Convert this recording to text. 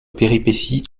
péripéties